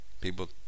People